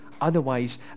Otherwise